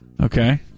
Okay